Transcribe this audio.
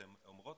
אתן אומרות